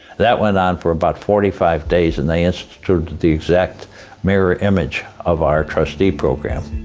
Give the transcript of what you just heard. that went on for about forty five days and they instituted the exact mirror image of our trustee program.